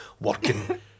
working